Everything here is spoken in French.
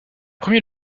premier